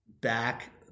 back